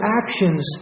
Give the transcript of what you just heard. actions